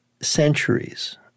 centuries